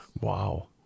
Wow